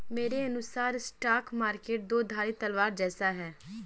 मेरे अनुसार stock market दो धारी तलवार जैसा है